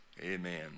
Amen